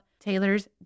Taylor's